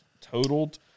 totaled